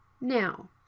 now